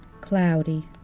cloudy